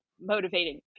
motivating